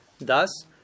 Thus